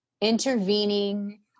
intervening